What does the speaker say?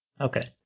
Okay